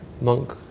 monk